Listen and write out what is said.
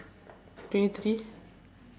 twenty three